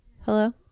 Hello